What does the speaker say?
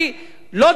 לא דיור,